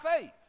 faith